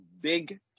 Big